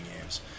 games